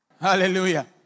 Hallelujah